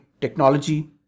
technology